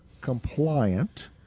compliant